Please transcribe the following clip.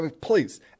Please